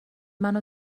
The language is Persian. منو